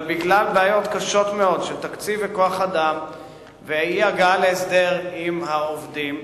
אבל בגלל בעיות קשות מאוד של תקציב וכוח-אדם ואי-הגעה להסדר עם העובדים,